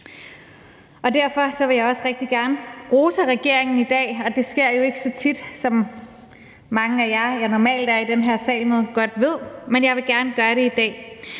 Og derfor vil jeg også rigtig gerne rose regeringen i dag. Det sker jo ikke så tit, hvilket mange af jer, jeg normalt er i den her sal med, godt ved, men jeg vil gerne gøre det i dag,